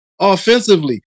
Offensively